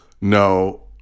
no